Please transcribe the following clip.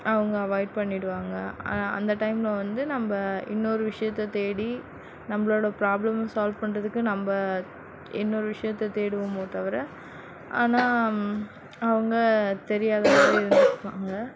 அவங்க அவாயிட் பண்ணிவிடுவாங்க ஆனால் அந்த டைமில் வந்து நம்ம இன்னொரு விஷயத்தை தேடி நம்மளோட ப்ராப்ளம் சால்வ் பண்ணுறதுக்கும் நம்ம இன்னொரு விஷயத்தை தேடுவோமே தவிர ஆனால் அவங்க தெரியாத மாதிரி இருப்பாங்க